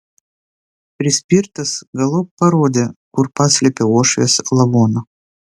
prispirtas galop parodė kur paslėpė uošvės lavoną